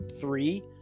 three